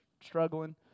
struggling